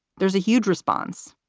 there's a huge response.